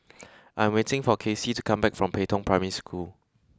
I am waiting for Casie to come back from Pei Tong Primary School